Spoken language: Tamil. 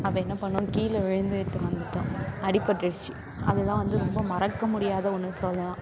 அப்போ என்ன பண்ணோம் கீழே விழுந்துட்டு வந்துட்டோம் அடிப்பட்டுடுச்சு அதுதான் வந்து ரொம்ப மறக்க முடியாத ஒன்றுன்னு சொல்லலாம்